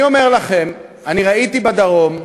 אני אומר לכם, ראיתי בדרום,